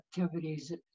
activities